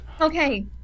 Okay